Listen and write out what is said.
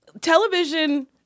Television